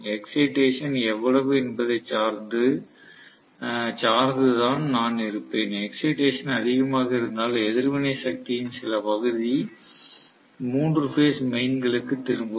excitation எவ்வளவு என்பதை சார்ந்து தான் நான் இருப்பேன் எக்ஸைடேசன் அதிகமாக இருந்தால் எதிர்வினை சக்தியின் சில பகுதி மூன்று பேஸ் மெயின்களுக்குத் திரும்பும்